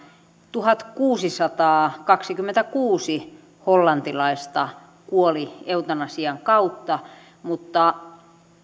tuhatkuusisataakaksikymmentäkuusi hollantilaista kuoli eutanasian kautta mutta